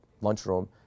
lunchroom